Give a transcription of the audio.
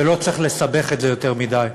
ולא צריך לסבך את זה יותר מדי,